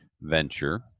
Venture